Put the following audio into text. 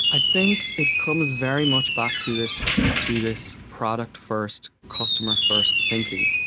i think it comes very much back to this to this product-first, customer-first thinking.